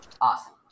Awesome